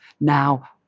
now